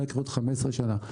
מה יקרה עוד 15 שנה.